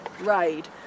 raid